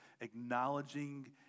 acknowledging